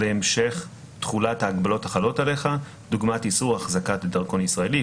להמשך תחולת ההגבלות החלות עליך (דוגמת איסור החזקת דרכון ישראלי,